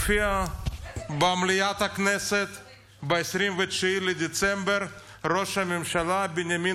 במליאת הכנסת ב-29 בדצמבר הופיע ראש הממשלה בנימין